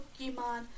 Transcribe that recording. Pokemon